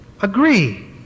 agree